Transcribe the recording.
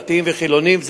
דתיים וחילונים,